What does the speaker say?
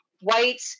white